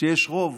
שיש רוב